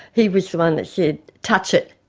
he was the one that said, touch it,